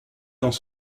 dans